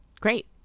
Great